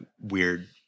weird